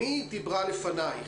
מי דיברה לפנייך?